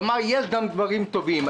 יש גם דברים טובים.